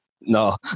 no